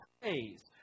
praise